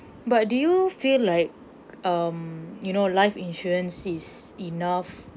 but do you feel like um you know life insurance is enough